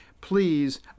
please